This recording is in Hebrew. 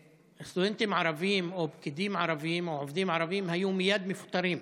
סטודנטים ערבים או פקידים ערבים או עובדים ערבים היו מייד מפוטרים,